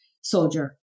soldier